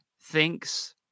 thinks